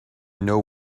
know